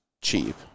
cheap